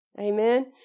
amen